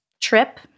trip –